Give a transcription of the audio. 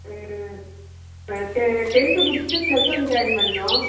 ம் டென்த்து முடிச்சுட்டு plus one join பண்ணனும்